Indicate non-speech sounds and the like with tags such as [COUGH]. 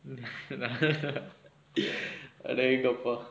[LAUGHS] நானா:naanaa [LAUGHS] அடேங்கப்பா:adengappaa